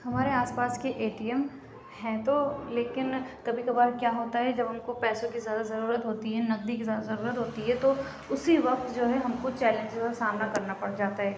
ہمارے آس پاس کے اے ٹی ایم ہیں تو لیکن کبھی کبھار کیا ہوتا ہے جب ہم کو پیسوں کی زیادہ ضرورت ہوتی ہے نقدی کی زیادہ ضرورت ہوتی ہے تو اسی وقت جو ہے ہم کو چیلینجز کا سامنا کرنا پڑ جاتا ہے